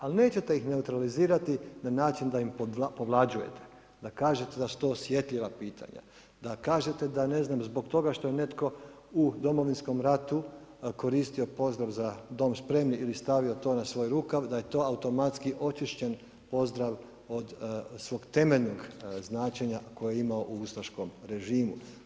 Ali nećete ih neutralizirati, na način da im povlađujete, da kažete da su to osjetljiva pitanja, da kažete da, ne znam, zbog toga što je netko u Domovinskom ratu, koristio pozdrav „Za dom spremni“ ili stavio to na svoj rukav, da je to automatski očišćen pozdrav od svog temeljnog značenja koje je imao u ustaškom režimu.